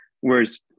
Whereas